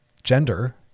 Gender